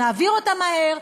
נעביר אותה מהר,